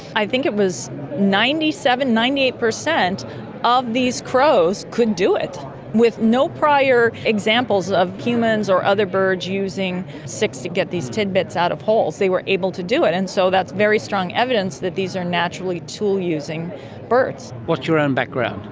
i think it was ninety seven percent, ninety eight percent of these crows could do it with no prior examples of humans or other birds using sticks to get these titbits out of holes, they were able to do it. and so that's very strong evidence that these are naturally tool using birds. what's your own background?